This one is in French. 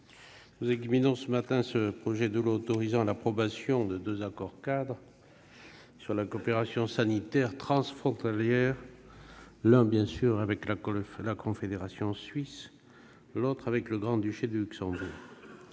nous examinons ce matin le projet de loi autorisant l'approbation de deux accords-cadres sur la coopération sanitaire transfrontalière, l'un avec la Confédération suisse, l'autre avec le Grand-Duché de Luxembourg.